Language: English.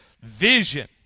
vision